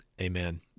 Amen